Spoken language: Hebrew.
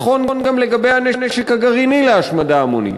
נכון גם לגבי הנשק הגרעיני להשמדה המונית.